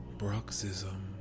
bruxism